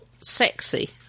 Sexy